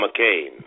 McCain